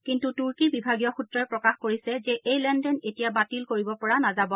কিন্তু তুৰ্কীৰ বিভাগীয় সূত্ৰই প্ৰকাশ কৰিছে যে এই লেন দেন এতিয়া বাতিল কৰিব পৰা নাযাব